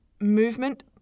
movement